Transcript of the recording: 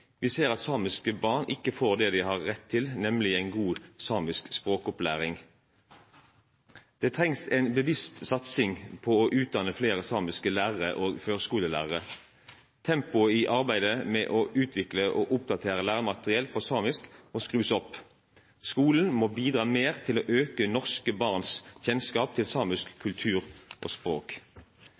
Vi ser at samiske barn ikke får det de har rett til, nemlig en god samisk språkopplæring. Det trengs en bevisst satsing på å utdanne flere samiske lærere og førskolelærere. Tempoet i arbeidet med å utvikle og oppdatere læremateriell på samisk må skrus opp. Skolen må bidra mer til å øke norske barns kjennskap til samisk kultur og språk.